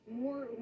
more